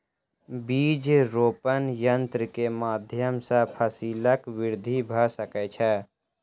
बीज रोपण यन्त्र के माध्यम सॅ फसीलक वृद्धि भ सकै छै